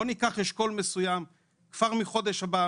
בואו ניקח אשכול מסוים כבר מהחודש הבא,